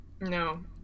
No